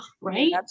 right